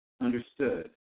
Understood